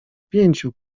pięciu